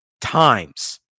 times